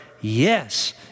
yes